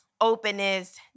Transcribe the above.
openness